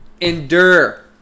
Endure